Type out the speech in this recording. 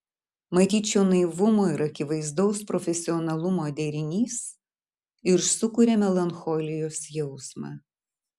matyt šio naivumo ir akivaizdaus profesionalumo derinys ir sukuria melancholijos jausmą